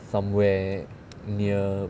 somewhere near